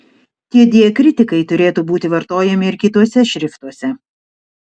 tie diakritikai turėtų būti vartojami ir kituose šriftuose